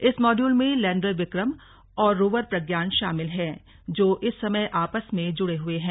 इस मॉड्यूल में लैण्डर विक्रम और रोवर प्रज्ञान शामिल हैं जो इस समय आपस में जुड़े हुए हैं